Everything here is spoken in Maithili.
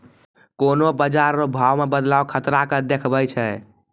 कोन्हों बाजार रो भाव मे बदलाव खतरा के देखबै छै